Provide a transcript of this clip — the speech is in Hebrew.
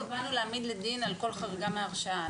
כי לא התכוונו להעמיד לדין על כל חריגה מהרשאה.